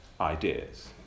ideas